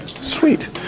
Sweet